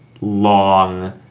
long